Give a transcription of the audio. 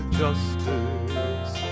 justice